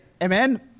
Amen